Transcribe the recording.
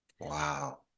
Wow